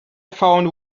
found